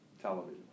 television